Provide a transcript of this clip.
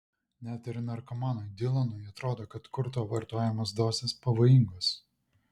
net ir narkomanui dylanui atrodė kad kurto vartojamos dozės pavojingos